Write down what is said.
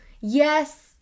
Yes